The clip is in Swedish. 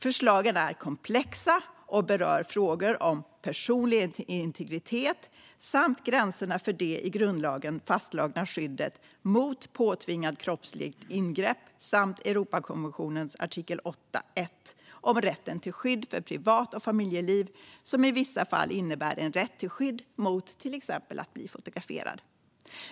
Förslagen är komplexa och berör frågor om personlig integritet samt gränserna för det i grundlagen fastslagna skyddet mot påtvingat kroppsligt ingrepp samt Europakonventionens artikel 8.1 om rätten till skydd för privat och familjeliv, som i vissa fall innebär en rätt till skydd mot till exempel att bli fotograferad.